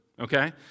okay